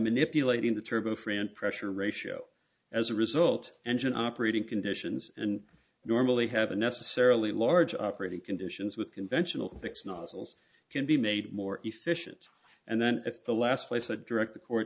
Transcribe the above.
manipulating the turbo fran pressure ratio as a result engine operating conditions and normally have a necessarily large operating conditions with conventional fixed nozzles can be made more efficient and then if the last place the direct the court